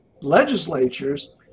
legislatures